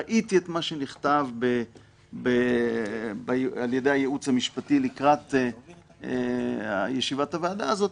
ראיתי את מה שנכתב על ידי הייעוץ המשפטי לקראת ישיבת הוועדה הזאת,